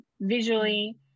visually